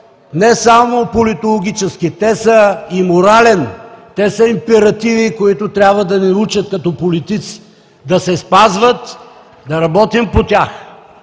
не само политологически, те са и морален. Те са императиви, които трябва да ни научат като политици да се спазват, да работим по тях,